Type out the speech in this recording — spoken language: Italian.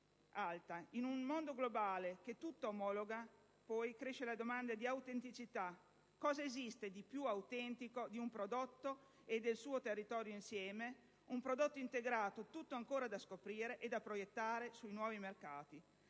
In un mondo globale che tutto omologa, cresce poi la domanda di autenticità; cosa esiste di più autentico di un prodotto e del suo territorio insieme? Un prodotto integrato, tutto ancora da scoprire e da proiettare sui nuovi mercati.